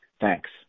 Thanks